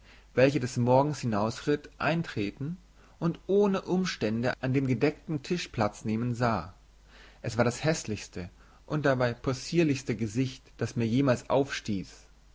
welche des morgens hinausritt eintreten und ohne umstände an dem gedeckten tisch platz nehmen sah es war das häßlichste und dabei possierlichste gesicht das mir jemals aufstieß